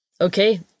okay